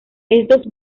estos